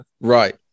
Right